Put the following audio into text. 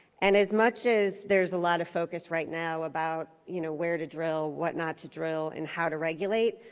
and as much as there's a lot of focus right now about you know where to drill, whatnot to drill, and how to regulate.